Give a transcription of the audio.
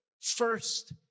first